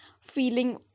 feeling